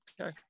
okay